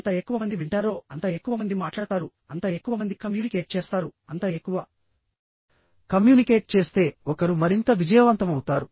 ఎంత ఎక్కువ మంది వింటారో అంత ఎక్కువ మంది మాట్లాడతారు అంత ఎక్కువ మంది కమ్యూనికేట్ చేస్తారు అంత ఎక్కువ కమ్యూనికేట్ చేస్తే ఒకరు మరింత విజయవంతమవుతారు